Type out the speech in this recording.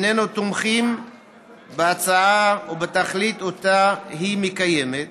היננו תומכים בהצעה ובתכלית שאותה היא מקיימת